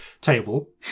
table